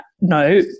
no